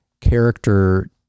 character